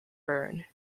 bern